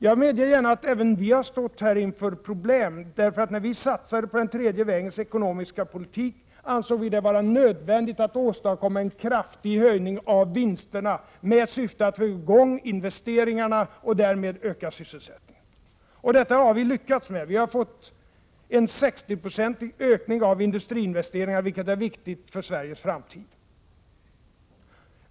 Jag medger gärna att även vi här har stått inför problem, eftersom vi, när vi satsade på den tredje vägens ekonomiska politik, ansåg det vara nödvändigt att åstadkomma en kraftig höjning av vinsterna med syfte att få i gång investeringarna och därmed öka sysselsättningen. Detta har vilyckats med. Vi har fått en 60-procentig ökning av industriinvesteringarna, vilket är viktigt för Sveriges framtid.